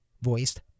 voiced